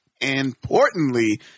importantly